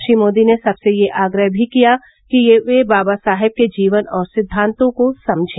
श्री मोदी ने सबसे यह आग्रह भी किया कि वे बाबा साहेब के जीवन और सिद्वांतों को समझें